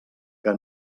que